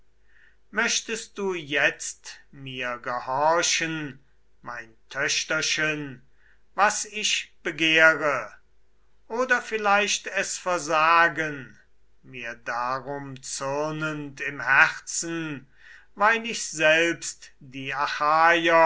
möchtest du jetzt mir gehorchen mein töchterchen was ich begehre oder vielleicht es versagen mir darum zürnend im herzen weil ich selbst die